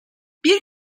bir